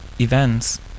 events